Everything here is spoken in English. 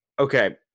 okay